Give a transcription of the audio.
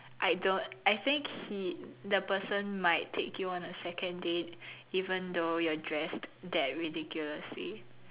I don't I think he the person might take you on a second date even though you are dressed that ridiculously